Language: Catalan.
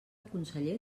conseller